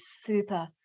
super